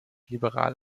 liberal